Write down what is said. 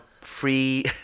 free